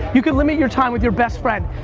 you can limit your time with your best friend.